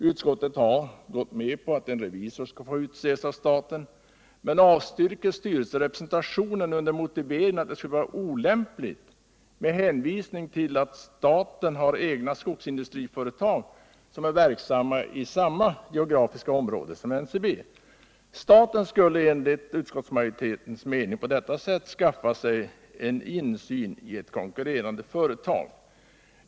Utskottsmajoriteten har gått med på att en revisor utses av staten men avstyrker styrelserepresentationen under motiveringen, att det skulle vara olämpligt med hänvisning till att staten har egna skogsindustriföretag som är verksamma i samma geografiska område som NCB. Staten skulle enligt utskottsmajoritetens mening på detta sätt skaffa sig en insyn i ett konkurrerande företag.